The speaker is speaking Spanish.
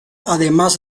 además